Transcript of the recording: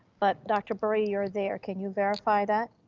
but dr. berrio you're there, can you verify that?